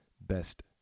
best